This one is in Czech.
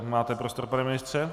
Máte prostor, pane ministře.